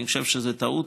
אני חושב שזו טעות.